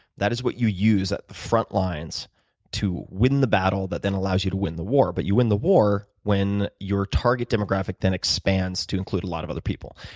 that is what you use at the frontlines to win the battle that then allows you to win the war. but you win the war when your target demographic then expands to include a lot of other people.